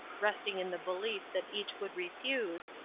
resting in the belief that each would refuse,